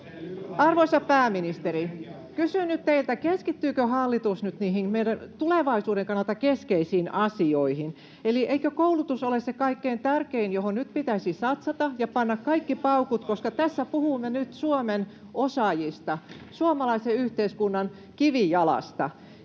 Arvoisa pääministeri, kysyn nyt teiltä: Keskittyykö hallitus nyt meidän tulevaisuutemme kannalta keskeisiin asioihin, eli eikö koulutus ole se kaikkein tärkein, johon nyt pitäisi satsata ja panna kaikki paukut, koska tässä puhumme nyt Suomen osaajista, suomalaisen yhteiskunnan kivijalasta?